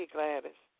Gladys